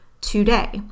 today